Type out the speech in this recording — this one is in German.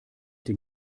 den